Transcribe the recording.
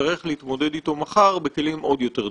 נצטרך להתמודד אתו מחר בכלים עוד יותר דרמטיים.